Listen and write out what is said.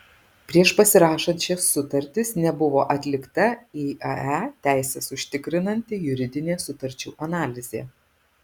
prieš pasirašant šias sutartis nebuvo atlikta iae teises užtikrinanti juridinė sutarčių analizė